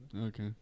Okay